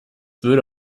würde